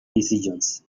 decisions